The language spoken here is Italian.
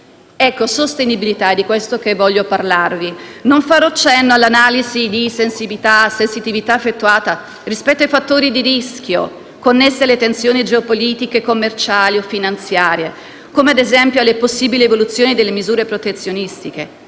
Ecco, sostenibilità, di questo voglio parlarvi. Non farò cenno all'analisi di sensitività effettuata rispetto ai vari fattori di rischio, connessi alle tensioni geopolitiche, commerciali e finanziarie, come ad esempio alle possibili evoluzioni di misure protezionistiche,